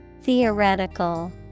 Theoretical